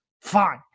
fine